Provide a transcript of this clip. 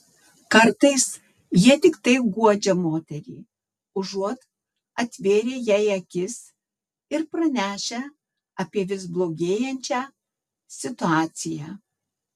kartais jie tiktai guodžia moterį užuot atvėrę jai akis ir pranešę apie vis blogėjančią situaciją